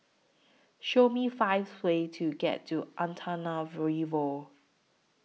Show Me five ways to get to Antananarivo